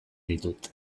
ditut